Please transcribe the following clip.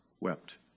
wept